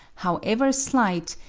however slight,